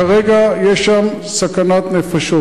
כרגע יש שם סכנת נפשות.